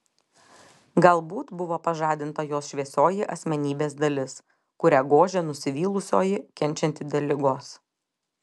galbūt buvo pažadinta jos šviesioji asmenybės dalis kurią gožė nusivylusioji kenčianti dėl ligos